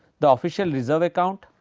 the official reserve account,